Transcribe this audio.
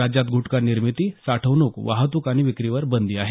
राज्यात गुटखा निर्मिती साठवणूक वाहतूक आणि विक्रीवर बंदी आहे